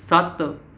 ਸੱਤ